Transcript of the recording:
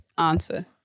Answer